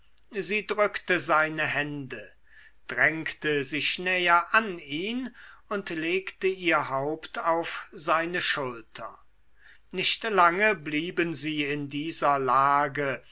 sie drückte seine hände drängte sich näher an ihn und legte ihr haupt auf seine schulter nicht lange blieben sie in dieser lage